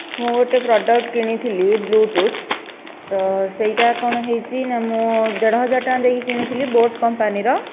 ମୁଁ ଗୋଟେ ପ୍ରଡକ୍ଟ କିଣିଥିଲି ବ୍ଲୁଟୁଥ୍ ସେଇଟା କ'ଣ ହେଇଛି ନା ମୁଁ ଦେଢ଼ ହଜାର ଟଙ୍କା ଦେଇକି କିଣିଥିଲି ବୋଟ୍ କମ୍ପାନୀର